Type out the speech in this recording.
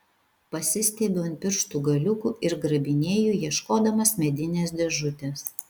pasistiebiu ant pirštų galiukų ir grabinėju ieškodamas medinės dėžutės